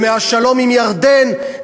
ומהשלום עם ירדן,